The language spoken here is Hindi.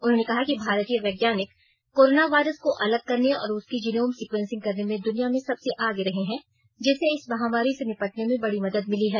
उन्होंने कहा कि भारतीय वैज्ञानिक कोरोना वायरस को अलग करने और उनकी जीनोम सिक्वेंसिंग करने में दुनिया में सबसे आगे रहे हैं जिससे इस महामारी से निपटने में बड़ी मदद मिली है